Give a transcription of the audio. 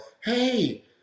hey